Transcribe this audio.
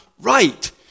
right